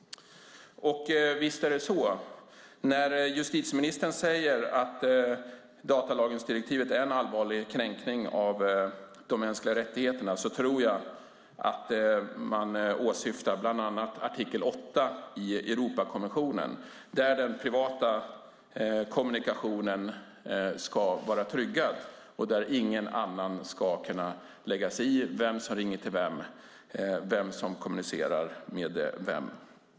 Visst är det så. När justitieministern säger att datalagringsdirektivet innebär en allvarlig kränkning av de mänskliga rättigheterna tror jag att man åsyftar bland annat artikel 8 i Europakonventionen enligt vilken den privata kommunikationen ska vara tryggad, ingen annan ska kunna lägga sig i vem som ringer till vem, vem som kommunicerar med vem.